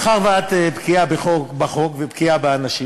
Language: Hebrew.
מאחר שאת בקיאה בחוק ובקיאה באנשים,